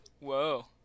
Whoa